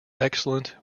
excellent